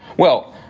well,